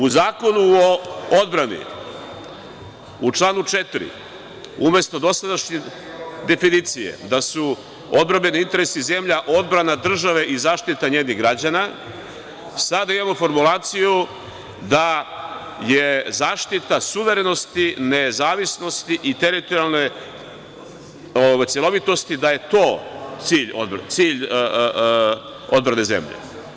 U Zakonu o odbrani u članu 4. umesto dosadašnje definicije da su odbrambeni interesi zemlja, odbrana države i zaštita njenih građana, sada imamo formulaciju da je zaštita suverenosti, nezavisnosti i teritorijalne celovitosti, da je to cilj odbrane zemlje.